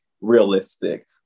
realistic